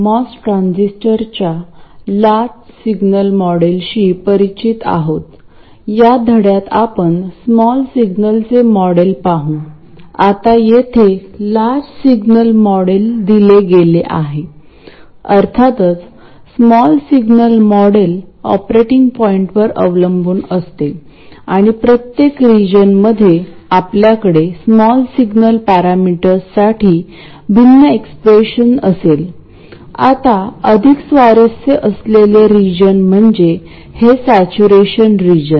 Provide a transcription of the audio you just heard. drain feedback बायसिंगचे तंत्र आपल्याला आता ठाऊक आहे परंतु आपले उद्दिष्ट स्मॉलर गेन सेन्सिटिव्हिटी असलेल्या कॉमन सोर्स ऍम्प्लिफायर विषयी जाणून घेणे हे आहे